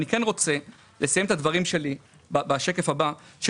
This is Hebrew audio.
אני כן רוצה לסיים את הדברים שלי בשקף הבא ולומר